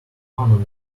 one